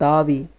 தாவி